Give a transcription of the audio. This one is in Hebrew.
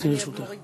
תודה